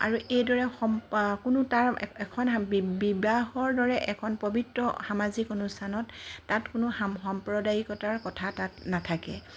আৰু এইদৰে কোনো তাৰ এখন বিবাহৰ দৰে এখন পবিত্ৰ সামাজিক অনুষ্ঠানত তাত কোনো সাম্প্ৰদায়িকতাৰ কথা তাত নাথাকে